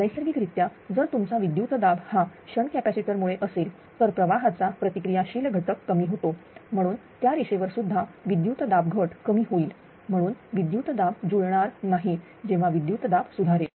नैसर्गिकरित्या जर तुमचा विद्युतदाब हा शंट कॅपॅसिटर मुळे असेल तर प्रवाहाचा प्रतिक्रिया शील घटक कमी होतो म्हणून त्या रेषेवर सुद्धा विद्युत दाब घट कमी होईल म्हणून विद्युत दाब जुळणार नाही जेव्हा विद्युत दाब सुधारेल